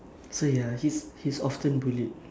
so ya he's he's often bullied